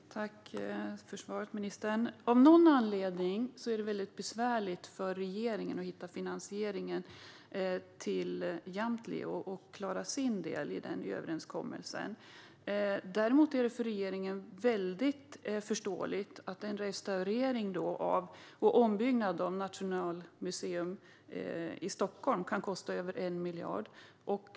Herr talman! Tack för svaret, ministern! Av någon anledning är det väldigt besvärligt för regeringen att hitta finansieringen till Jamtli och klara sin del i överenskommelsen. Däremot är det för regeringen väldigt förståeligt att en restaurering och ombyggnad av Nationalmuseum i Stockholm kan kosta över en miljard.